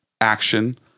action